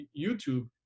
YouTube